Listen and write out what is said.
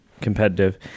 competitive